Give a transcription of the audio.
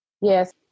Yes